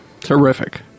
terrific